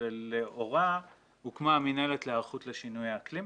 ולאורן הוקמה המינהלת להיערכות לשינויי אקלים.